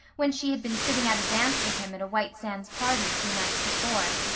when she had been sitting out a dance with him at a white sands party three nights before.